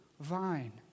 Vine